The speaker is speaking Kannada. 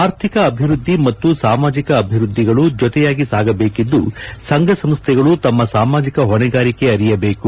ಆರ್ಥಿಕ ಅಭಿವೃದ್ಧಿ ಮತ್ತು ಸಾಮಾಜಿಕ ಅಭಿವೃದ್ಧಿಗಳು ಜತೆಯಾಗಿ ಸಾಗಬೇಕಿದ್ದು ಸಂಘ ಸಂಸ್ಥೆಗಳು ತಮ್ಮ ಸಾಮಾಜಕ ಹೊಣೆಗಾರಿಕೆ ಅರಿಯಬೇಕು